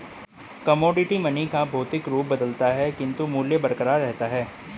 commodity money का भौतिक रूप बदलता है किंतु मूल्य बरकरार रहता है